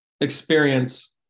experience